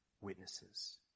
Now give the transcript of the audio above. witnesses